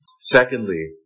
Secondly